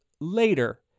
later